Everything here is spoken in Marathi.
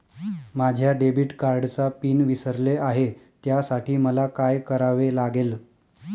माझ्या डेबिट कार्डचा पिन विसरले आहे त्यासाठी मला काय करावे लागेल?